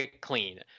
clean